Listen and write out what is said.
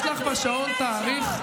יש לך תאריך בשעון?